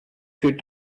für